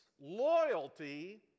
loyalty